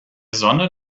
sonne